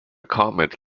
comet